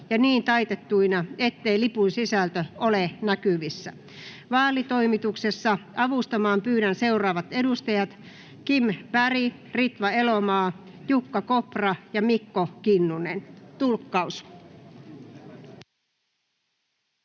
ja niin taitettuina, ettei lipun sisältö ole näkyvissä. Vaalitoimituksessa avustamaan pyydän seuraavat edustajat: Kim Berg, Ritva Elomaa, Jukka Kopra ja Mikko Kinnunen. Hyvät